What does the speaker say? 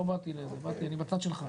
אני בצד שלך.